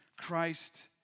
Christ